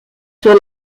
sur